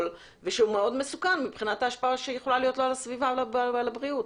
ושהוא מאוד מסוכן מבחינת ההשפעה שיכולה להיות לו על הסביבה ועל הבריאות.